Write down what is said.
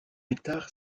nectar